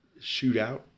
Shootout